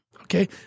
Okay